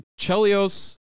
Chelios